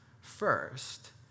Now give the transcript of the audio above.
first